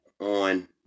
on